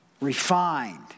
refined